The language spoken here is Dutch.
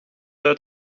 uit